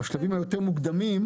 בשלבים היותר מוקדמים,